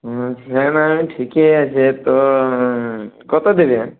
হ্যাঁ সে না হয় ঠিকই আছে তো কত দেবে